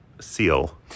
Seal